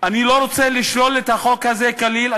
אני לא רוצה לשלול את החוק הזה כליל.